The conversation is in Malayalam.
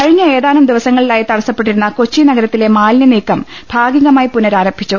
കഴിഞ്ഞ ഏതാനും ദിവസങ്ങളിലായി തടസ്സപ്പെട്ടിരുന്ന കൊച്ചി നഗരത്തിലെ മാലിന്യനീക്കം ഭാഗികമായി പുനരാരംഭി ച്ചു